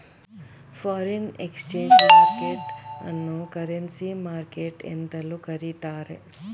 foreign exchange market ಅನ್ನೋ currency market ಎಂತಲೂ ಕರಿತ್ತಾರೆ